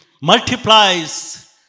multiplies